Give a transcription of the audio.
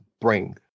bring